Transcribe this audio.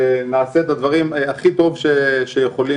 ונעשה את הדברים הכי טוב שיכול להיות.